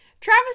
Travis